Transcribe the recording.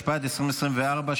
התשפ"ד 2024,